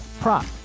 prop